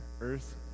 earth